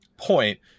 point